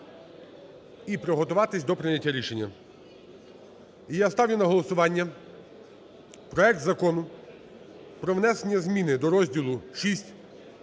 і приготуватися до прийняття рішення. І я ставлю на голосування проект Закону про внесення зміни до розділу VI